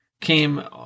came